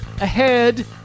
ahead